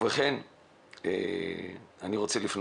אני רוצה לפנות